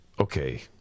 Okay